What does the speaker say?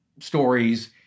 stories